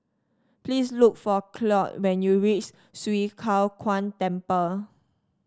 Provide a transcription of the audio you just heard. please look for Claud when you reach Swee Kow Kuan Temple